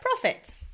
profit